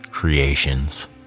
Creations